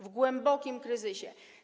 W głębokim kryzysie.